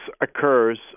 occurs